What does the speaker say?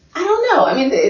i don't know. i mean,